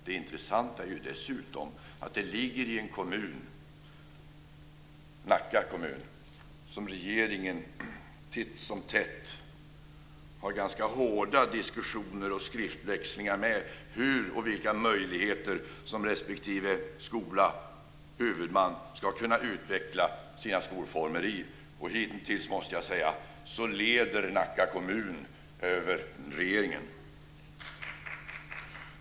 Det intressanta är dessutom att skolan ligger i en kommun, Nacka kommun, som regeringen titt som tätt har ganska hårda diskussioner och skriftväxlingar med om hur respektive skola och huvudman ska kunna utveckla sina skolformer. Hitintills måste jag säga att Nacka kommun leder över regeringen.